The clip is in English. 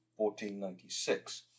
1496